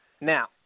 Now